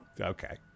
Okay